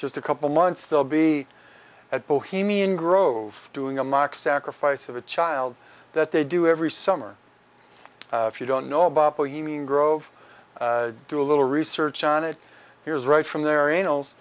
just a couple months they'll be at bohemian grove doing a mock sacrifice of a child that they do every summer if you don't know about where you mean grove do a little research on it here's right from their annals